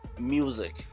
music